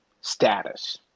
status